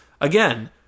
again